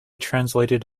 translated